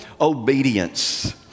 obedience